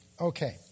Okay